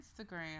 Instagram